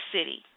city